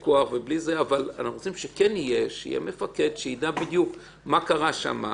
אבל אנחנו רוצים שיהיה מפקד שיידע בדיוק מה קרה שם,